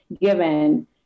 given